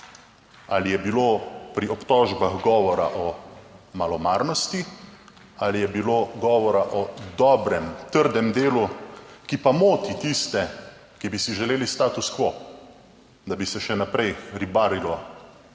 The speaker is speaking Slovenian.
ali je bilo pri obtožbah govora o malomarnosti ali je bilo govora o dobrem trdem delu, ki pa moti tiste, ki bi si želeli status quo, da bi se še naprej ribarilo v